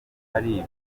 ari